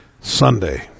sunday